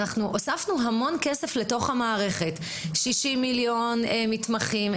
אנחנו הוספנו המון כסף לתוך המערכת - 60 מיליון למתמחים,